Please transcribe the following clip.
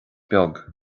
beag